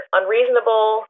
unreasonable